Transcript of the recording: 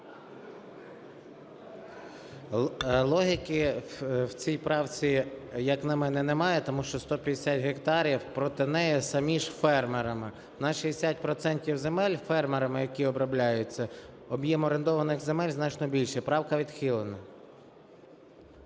Логіки в цій правці, як на мене, немає, тому що 150 гектарів – проти неї самі ж фермери. На 60 процентів земель фермерами, які обробляють це, об'єм орендованих земель значно більший. Правка відхилена.